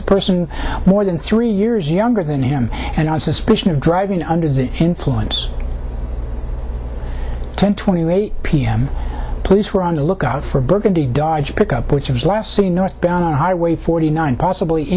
person more than three years younger than him and on suspicion of driving under the influence ten twenty eight pm police were on the lookout for burgundy dodge pickup which was last seen northbound on highway forty nine possibly